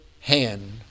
hand